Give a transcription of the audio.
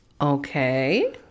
okay